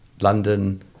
London